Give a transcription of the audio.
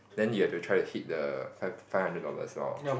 then you'll have to try to hit the five five hundred dollars lor